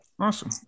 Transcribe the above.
Awesome